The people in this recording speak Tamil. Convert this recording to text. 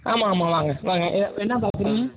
ஆமாம் ஆமாம் வாங்க வாங்க என்ன பார்க்குறிங்க